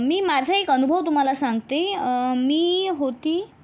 मी माझा एक अनुभव तुम्हाला एक सांगते मी होती